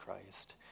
Christ